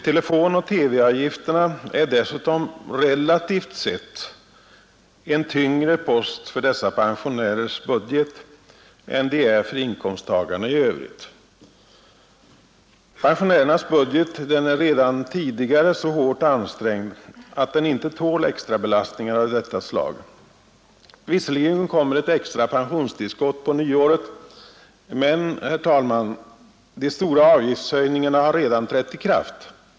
Telefonoch TV-avgifterna är dessutom relativt sett en tyngre post för dessa pensionärers budget än de är för inkomsttagarna i övrigt. Pensionärernas budget är redan tidigare så hårt ansträngd, att den inte tål extrabelastningar av detta slag. Visserligen kommer ett extra pensionstillskott på nyåret men, herr talman, de stora avgiftshöjningarna har redan trätt i kraft.